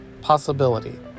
possibility